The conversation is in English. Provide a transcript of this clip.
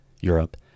Europe